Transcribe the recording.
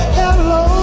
hello